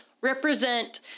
represent